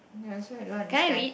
ya so I don't understand